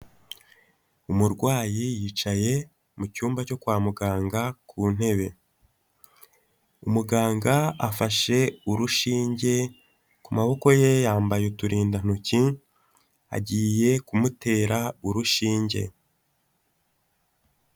Umurwayi yicaye mu cyumba cyo kwa muganga ku ntebe, umuganga afashe urushinge, ku maboko ye yambaye uturindantoki agiye kumutera urushinge.